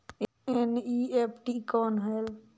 NEFT कौन होएल?